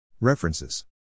References